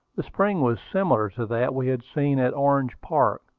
the spring was similar to that we had seen at orange park,